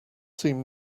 seem